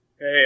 Hey